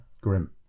Grim